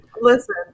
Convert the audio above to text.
listen